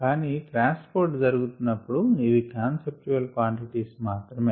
కానీ transport జరుగుతున్నప్పుడు ఇవి కాన్సెప్టువల్ క్వాంటిటీస్ మాత్రమే